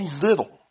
little